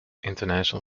international